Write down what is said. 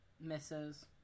Misses